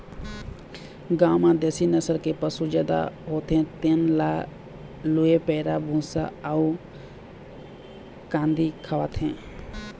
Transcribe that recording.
गाँव म देशी नसल के पशु जादा होथे तेन ल लूवय पैरा, भूसा अउ कांदी खवाथे